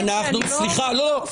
אני לא --- לא.